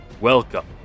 Welcome